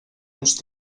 uns